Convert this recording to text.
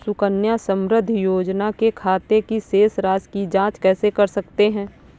सुकन्या समृद्धि योजना के खाते की शेष राशि की जाँच कैसे कर सकते हैं?